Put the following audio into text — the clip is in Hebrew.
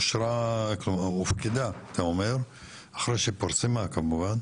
הופקדה אחרי שפורסמה כמובן